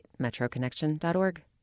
metroconnection.org